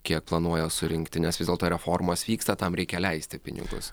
kiek planuoja surinkti nes vis dėlto reformos vyksta tam reikia leisti pinigus